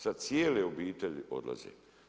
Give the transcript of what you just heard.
Sad cijele obitelji odlaze.